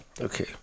Okay